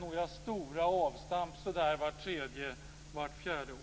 några stora avstamp så där vart tredje, vart fjärde år.